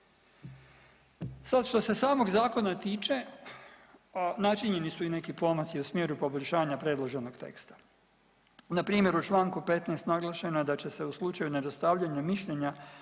Sad što se samog zakona tiče načinjeni su i neki pomaci u smjeru poboljšanja predloženog teksta. Npr. u čl. 15. naglašeno je da će se u slučaju nedostavljanja mišljenja